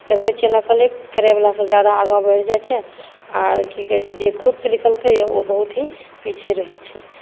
देखैत छियै नकले करयवलासभ ज्यादा आगाँ बढ़ि जाइत छै आर की कहैत छै जे खुदसँ लिखलकै यए ओ खुद ही पीछे रहैत छै